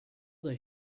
they